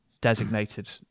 designated